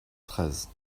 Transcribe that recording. treize